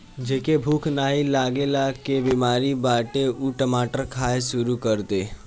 जेके भूख नाही लागला के बेमारी बाटे उ टमाटर खाए शुरू कर दे